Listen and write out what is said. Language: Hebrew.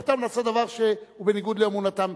אותם לעשות דבר שהוא בניגוד לאמונתם.